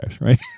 right